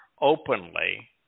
openly